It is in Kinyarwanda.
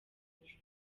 hejuru